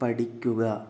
പഠിക്കുക